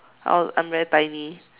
I was I'm very tiny